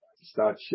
Start